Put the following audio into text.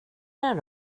det